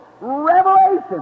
revelation